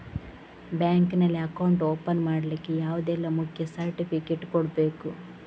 Bank ನಲ್ಲಿ account open ಮಾಡ್ಲಿಕ್ಕೆ ಯಾವುದೆಲ್ಲ ಮುಖ್ಯ ಸರ್ಟಿಫಿಕೇಟ್ ಕೊಡ್ಬೇಕು?